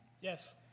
Yes